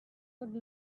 would